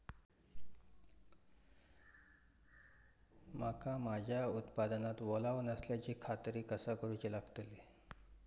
मका माझ्या उत्पादनात ओलावो नसल्याची खात्री कसा करुची लागतली?